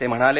ते म्हणाले